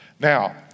Now